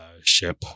ship